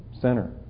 center